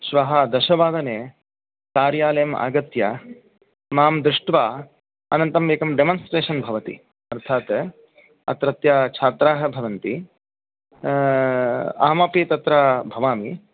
श्वः दशवादने कार्यालयम् आगत्य मां दृष्ट्वा अनन्तरम् एकं डेमोन्स्ट्रेशन् भवति अर्थात् अत्रत्य छात्राः भवन्ति अहमपि तत्र भवामि